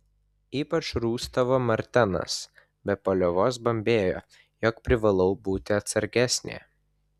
ypač rūstavo martenas be paliovos bambėjo jog privalau būti atsargesnė